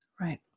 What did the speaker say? Right